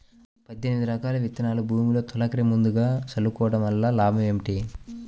పద్దెనిమిది రకాల విత్తనాలు భూమిలో తొలకరి ముందుగా చల్లుకోవటం వలన లాభాలు ఏమిటి?